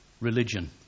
religion